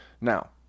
Now